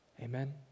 amen